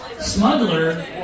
Smuggler